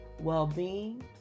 well-being